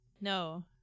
No